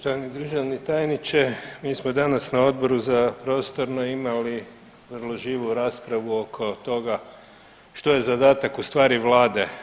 Poštovani državni tajniče mi smo danas na Odboru za prostorno imali vrlo živu raspravu oko toga što je zadatak u stvari vlade.